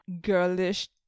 girlish